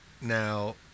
Now